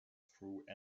through